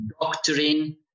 doctrine